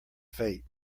fate